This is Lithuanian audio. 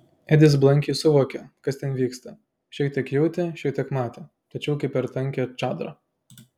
edis blankiai suvokė kas ten vyksta šiek tiek jautė šiek tiek matė tačiau kaip per tankią čadrą